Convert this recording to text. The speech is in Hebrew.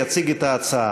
יציג את ההצעה,